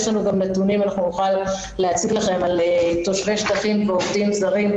יש לנו גם נתונים על תושבי שטחים ועובדים זרים,